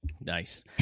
Nice